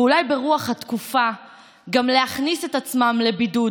ואולי ברוח התקופה גם להכניס את עצמם לבידוד